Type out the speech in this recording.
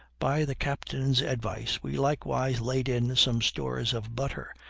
by the captain's advice we likewise laid in some stores of butter,